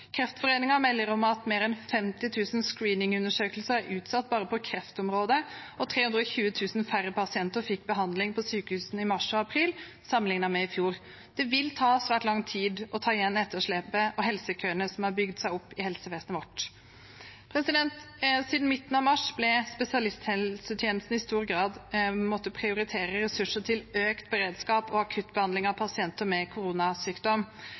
Kreftforeningen melder at mer enn 50 000 screening-undersøkelser er utsatt bare på kreftområdet, og 320 000 færre pasienter fikk behandling på sykehusene i mars og april, sammenlignet med i fjor. Det vil ta svært lang tid å ta igjen etterslepet og helsekøene som har bygd seg opp i helsevesenet vårt. Siden midten av mars har spesialisthelsetjenesten i stor grad måttet prioritere ressurser til økt beredskap og akutt behandling av pasienter med